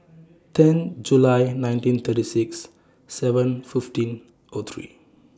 ten July nineteen thirty six seven fifteen O three